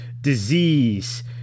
disease